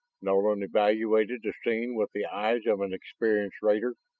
nolan evaluated the scene with the eyes of an experienced raider.